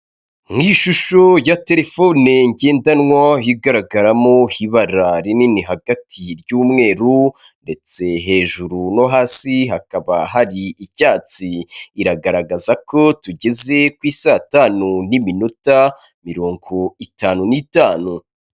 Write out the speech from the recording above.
Ni ishusho ya terefone ngendanwa, igaragaramo ibara rinini hagati ry'umweru, ndetse hejuru no hasi hakaba hari icyatsi. Iragaragaza ko tugeze ku isaa tanu n'iminota mirongo itanu n'itanu.